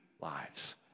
lives